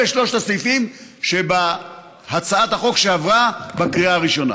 אלה שלושת הסעיפים שבהצעת החוק שעברה בקריאה הראשונה,